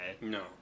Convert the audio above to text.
no